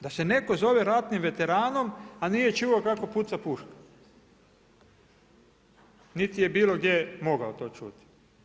Da se netko zove ratnim veteranom, a nije čuo kako puca puška niti je bilo gdje mogao to čuti.